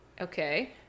Okay